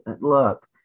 Look